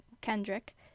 Kendrick